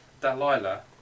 Dalila